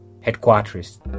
headquarters